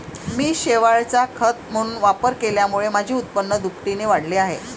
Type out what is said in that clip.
मी शेवाळाचा खत म्हणून वापर केल्यामुळे माझे उत्पन्न दुपटीने वाढले आहे